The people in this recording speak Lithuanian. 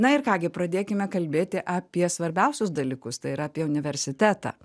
na ir ką gi pradėkime kalbėti apie svarbiausius dalykus tai yra apie universitetą